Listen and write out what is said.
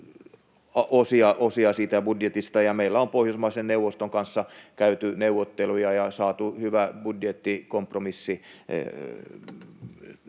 osia, ja meillä on Pohjoismaiden neuvoston kanssa käyty neuvotteluja ja saatu hyvä budjettikompromissi